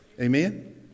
Amen